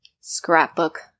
scrapbook